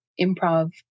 improv